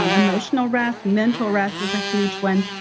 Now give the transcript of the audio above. um emotional rest. mental rest is a huge one.